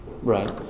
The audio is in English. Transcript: Right